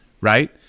right